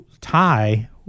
tie